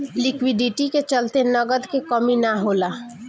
liquidity के चलते नगद के कमी ना होला